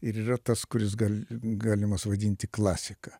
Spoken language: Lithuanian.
ir yra tas kuris gal galimas vadinti klasika